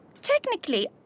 Technically